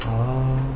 orh